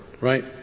Right